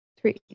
Three